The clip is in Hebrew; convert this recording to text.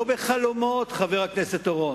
לא בחלומות, חבר הכנסת אורון.